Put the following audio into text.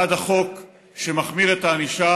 בעד החוק שמחמיר את הענישה.